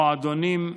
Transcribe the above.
מועדונים,